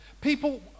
People